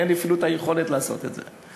אין לי אפילו את היכולת לעשות את זה.